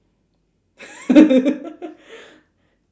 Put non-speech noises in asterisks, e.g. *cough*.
*laughs*